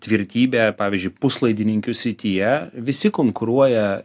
tvirtybę pavyzdžiui puslaidininkių srityje visi konkuruoja